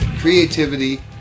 Creativity